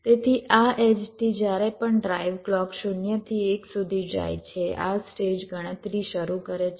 તેથી આ એડ્જથી જ્યારે પણ ડ્રાઇવ ક્લૉક 0 થી 1 સુધી જાય છે આ સ્ટેજ ગણતરી શરૂ કરે છે